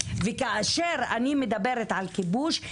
וכאשר אני מדברת על כיבוש,